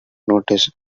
notice